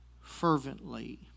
fervently